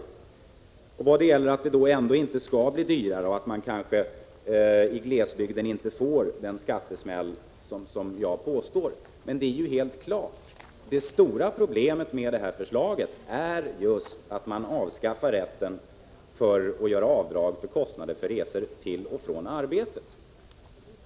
Så till påståendena om att förslaget inte gör det dyrare för människor att ha tjänstebil och att människor i glesbygd inte kommer att få den skattesmäll som jag har påstått. Detta är ju helt uppenbart. Det stora problemet med detta förslag är just att man avskaffar rätten att göra avdrag för kostnader för resor till och från arbetet.